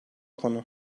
konu